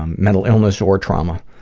um mental illness or trauma.